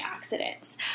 antioxidants